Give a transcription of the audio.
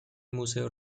museo